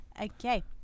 okay